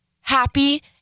happy